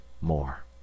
more